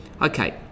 Okay